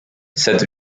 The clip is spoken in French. cette